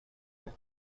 and